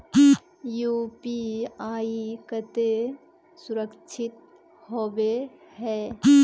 UPI केते सुरक्षित होबे है?